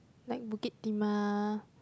like Bukit Timah